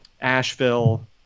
Asheville